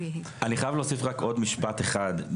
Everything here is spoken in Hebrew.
אני חייב להוסיף רק עוד משפט אחד.